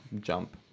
jump